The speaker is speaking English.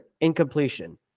incompletion